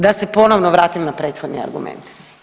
Da se ponovno vratim na prethodni argument.